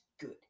good